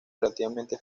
relativamente